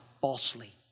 falsely